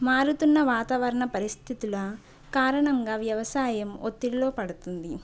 మారుతున్న వాతావరణ పరిస్థితుల కారణంగా వ్యవసాయం ఒత్తిడిలో పడుతుంది